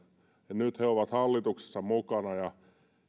nyt kun he ovat hallituksessa mukana